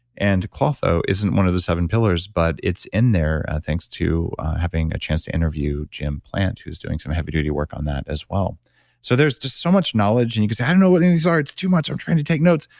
and klotho isn't one of the seven pillars but it's in there, thanks to having a chance to interview jim plante who's doing some heavy duty work on that as well so there's so much knowledge and you could say, i don't know what any of these are, it's too much, i'm trying to take notes.